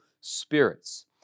spirits